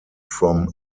from